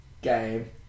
game